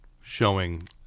showing